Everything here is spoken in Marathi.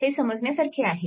हे समजण्यासारखे आहे